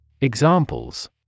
Examples